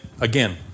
again